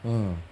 mm